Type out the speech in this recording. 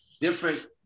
different